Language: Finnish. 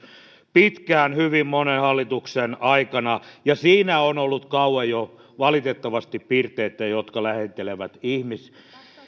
pitkään hyvin monen hallituksen aikana ja siinä on valitettavasti ollut jo kauan piirteitä jotka lähentelevät